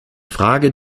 frage